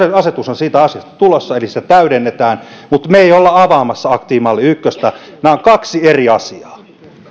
asetus siitä asiasta on tulossa eli sitä täydennetään mutta me emme ole avaamassa aktiivimalli ykköstä nämä ovat kaksi eri asiaa